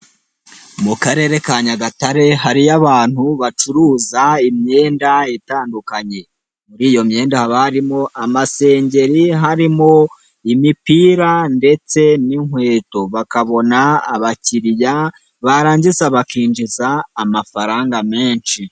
Mu karere ka Nyagatare hariyo abantu bacuruza imyenda itandukanye, muri iyo myenda haba harimo amasengeri, harimo imipira ndetse n'inkweto, bakabona abakiriya, barangiza bakinjiza amafaranga menshi.